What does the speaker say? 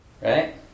right